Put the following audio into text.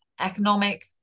economic